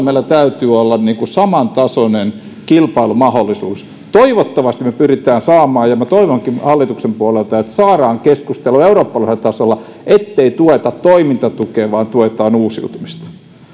meillä täytyy olla samantasoinen kilpailumahdollisuus toivottavasti me pyrimme sen saamaan minä toivonkin hallituksen puolelta että saadaan keskustelua eurooppalaisella tasolla ettei anneta toimintatukea vaan tuetaan uusiutumista